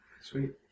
Sweet